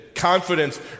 Confidence